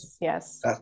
yes